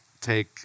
take